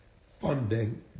funding